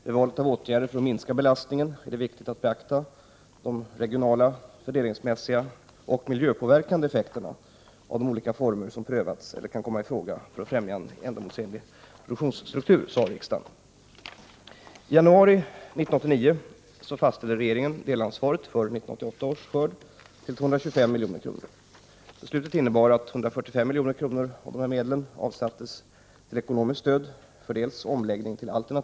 Vid valet av åtgärder för att minska belastningen är det viktigt att beakta de regionala, fördelningsmässiga och miljöpåverkande effekterna av de olika former som prövats eller kan komma i fråga för att främja en ändamålsenlig produktionsstruktur, uttalade riksdagen.